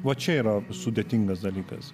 va čia yra sudėtingas dalykas